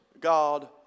God